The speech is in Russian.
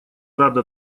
рада